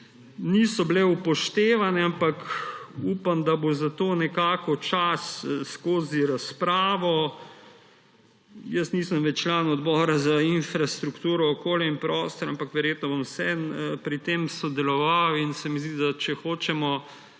niso bile upoštevane, ampak upam, da bo za to nekako čas skozi razpravo. Jaz nisem več član Odbora za infrastrukturo, okolje in prostor, ampak verjetno bom vseeno pri tem sodeloval. Zdi se mi, da če hočemo